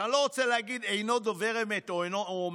אני לא רוצה להגיד "אינו דובר אמת" או "משקר"